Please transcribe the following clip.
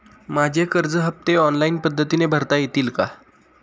माझे कर्ज हफ्ते ऑनलाईन पद्धतीने भरता येतील का?